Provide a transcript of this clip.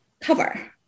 cover